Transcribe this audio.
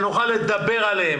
שנוכל לדבר עליהם.